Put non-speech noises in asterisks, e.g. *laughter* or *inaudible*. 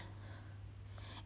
*breath*